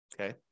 Okay